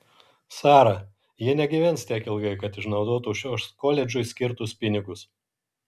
sara ji negyvens tiek ilgai kad išnaudotų šiuos koledžui skirtus pinigus